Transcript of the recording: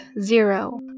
zero